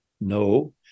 No